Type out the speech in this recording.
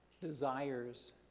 desires